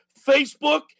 Facebook